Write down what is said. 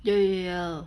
有有有有